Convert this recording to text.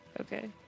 Okay